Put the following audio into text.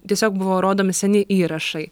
tiesiog buvo rodomi seni įrašai